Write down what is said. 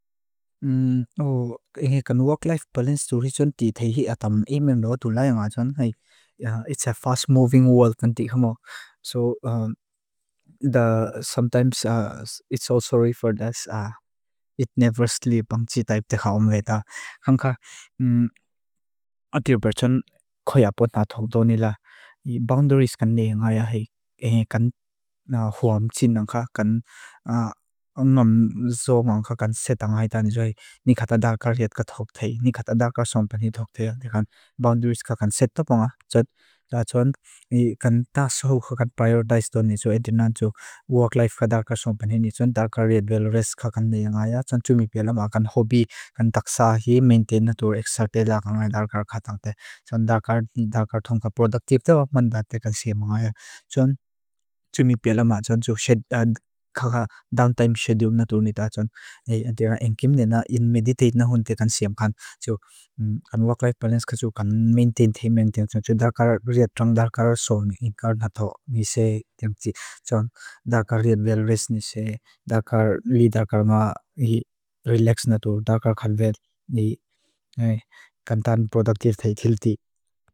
Í nghe kan walk life balance tu risun tí they hí atam e meam loa tu lai nga chun. It's a fast moving world kan tík hamuak. Sometimes it's so sorry for us. It never sleep. Bang tí taip te xa omewe ta. Khang ka. Aadir per chun khoya pod na thok do ni la. Boundaries kan ne nga ya hí. Í nghe kan huam tín nga. Kan ngam zomong ka kan seta ngay tan nijoi. Ní kata daakar riat ka thok téi. Ní kata daakar sompan hii thok téi. De kan boundaries ka kan seta ponga. Chud. Chun. Ni kan tasawu ka kan prioritise do ni. So adir na chun walk life ka daakar sompan hii. Ní chun daakar riat well rest ka kan ne nga ya. Chun tumipé la ma kan hobby. Kan taksahi, maintain, natur, exercise la kan ngay daakar ka tang té. Chun daakar, daakar thongka productive ta. Chun tumipé la ma chun. Chud. Downtime schedule natur nita. Chun. Adir na engkim nina. In meditate na hundi ka kan siam kan. Chud. Kan walk life balance ka chud. Kan maintain théi. Maintain. Chud. Daakar riat thong. Daakar daakar som. Ní karta thok. Ní sé. Chun. Daakar riat well rest. Ní sé. Li daakar ma. Relax natur. Daakar kan well. Ní. Kantan productive théi. Healthy.